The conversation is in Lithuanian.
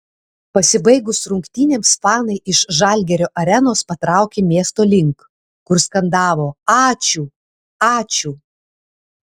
pasibaigus rungtynėms fanai iš žalgirio arenos patraukė miesto link kur skandavo ačiū ačiū